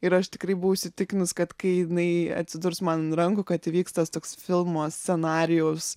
ir aš tikrai buvau įsitikinus kad kai jinai atsidurs man ant rankų kad vyks tas toks filmas scenarijaus